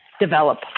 develop